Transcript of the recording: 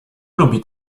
lubi